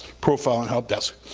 profile and help desk.